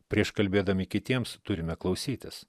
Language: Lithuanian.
prieš kalbėdami kitiems turime klausytis